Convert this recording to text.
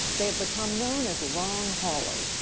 they have become known as long-haulers,